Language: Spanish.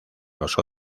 los